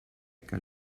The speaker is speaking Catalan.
que